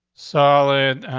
solid